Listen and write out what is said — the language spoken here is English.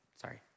sorry